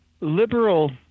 Liberal